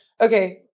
Okay